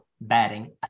batting